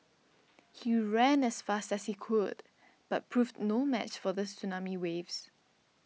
he ran as fast as he could but proved no match for the tsunami waves